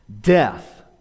death